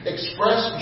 Express